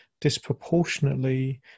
disproportionately